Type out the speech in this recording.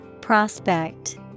Prospect